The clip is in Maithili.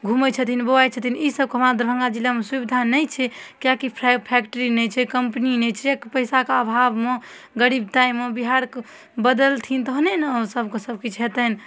घुमै छथिन बौआइ छथिन ईसबके आब दरभङ्गा जिलामे सुविधा नहि छै किएकि फैक्ट्री नहि छै कम्पनी नहि छै एक पैसाके अभावमे गरीब ताहिमे बिहारके बदलथिन तहने ने सभके सबकिछु हेतनि